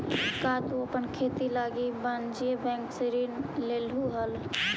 का तु अपन खेती लागी वाणिज्य बैंक से ऋण लेलहुं हल?